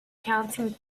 counting